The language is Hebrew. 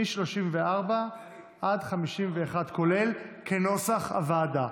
מ-34 עד 51, כולל, כנוסח הוועדה.